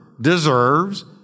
deserves